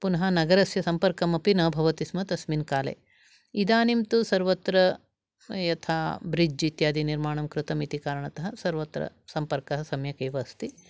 पुनः नगरस्य सम्पर्कमपि न भवतिस्म तस्मिन् काले इदानीं तु सर्वत्र यथा ब्रिड्ज् इत्यादि निर्माणं कृतमिति कारणतः सर्वत्र सम्पर्कः सम्यक् एव अस्ति